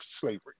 slavery